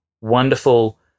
wonderful